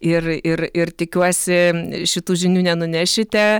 ir ir ir tikiuosi šitų žinių nenunešite